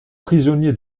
prisonnier